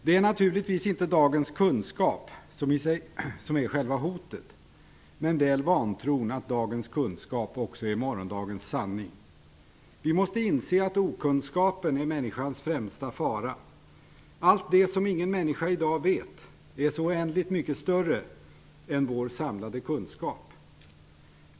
Det är naturligtvis inte dagens kunskap i sig som är själva hotet, men väl vantron att dagens kunskap också är morgondagens sanning. Vi måste inse att okunskapen är människans främsta fara. Allt det som ingen människa i dag vet är så oändligt mycket större än vår samlade kunskap.